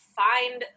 find